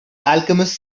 alchemist